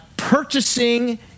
purchasing